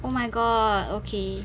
oh my god okay